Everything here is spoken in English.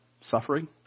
suffering